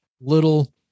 little